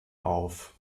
auf